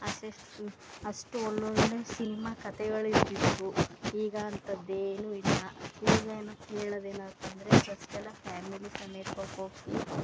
ಅಷ್ಟು ಒಳ್ಳೊಳ್ಳೆಯ ಸಿನಿಮಾ ಕತೆಗಳಿರ್ತಿದ್ದವು ಈಗ ಅಂಥದ್ದೇನೂ ಇಲ್ಲಈಗ ಏನು ಹೇಳೋದೇನಪ್ಪ ಅಂದರೆ ಫಸ್ಟೆಲ್ಲ ಫ್ಯಾಮಿಲಿ ಸಮೇತ ಕೊ